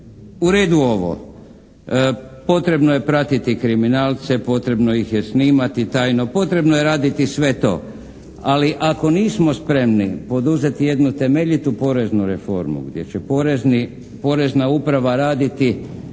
u redu ovo. Potrebno je pratiti kriminalce, potrebno ih je snimati tajno, potrebno je raditi sve to. Ali ako nismo spremni poduzeti jednu temeljitu poreznu reformu, gdje će porezna uprava raditi